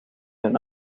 una